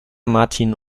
martin